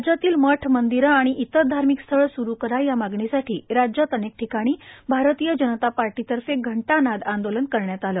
राज्यातील मठ मंदिरे आणि इतर धार्मिक स्थळे सुरु करा या मागणीसाठी राज्यात अनेक ठिकाणी भारतीय जनता पार्टीतर्फे घंटा नाद आंदोलन करण्यात आल